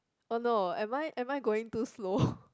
oh no am I am I going too slow